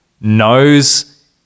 knows